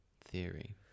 theory